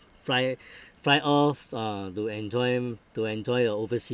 fly fly off ah to enjoy to enjoy your oversea